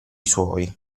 suoi